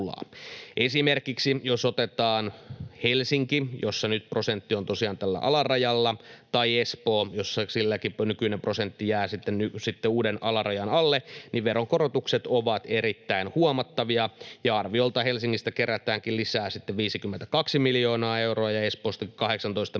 esimerkiksi Helsinki, jossa nyt prosentti on tosiaan tällä alarajalla, tai Espoo, jolla silläkin nykyinen prosentti jää sitten uuden alarajan alle, niin veronkorotukset ovat erittäin huomattavia. Ja Helsingistä kerätäänkin lisää arviolta 52 miljoonaa euroa ja Espoosta 18 miljoonaa